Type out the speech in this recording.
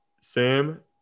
sam